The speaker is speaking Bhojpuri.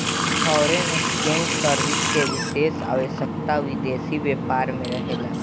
फॉरेन एक्सचेंज सर्विस के विशेष आवश्यकता विदेशी व्यापार में रहेला